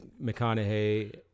McConaughey